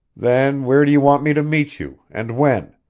then where do you want me to meet you and when?